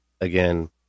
again